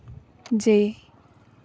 ᱡᱮ